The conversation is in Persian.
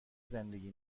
زندگی